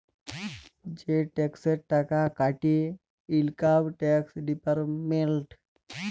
যে টেকসের টাকা কাটে ইলকাম টেকস ডিপার্টমেল্ট